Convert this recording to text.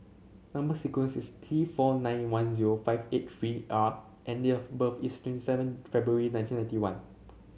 number sequence is T four nine one zero five eight three R and date of birth is twenty seven February nineteen ninety one